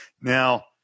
Now